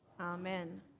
Amen